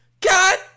God